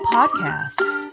Podcasts